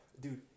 Dude